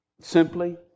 simply